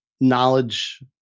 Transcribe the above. knowledge